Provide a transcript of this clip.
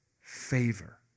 Favor